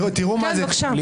כן, בבקשה.